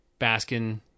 Baskin